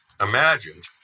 imagined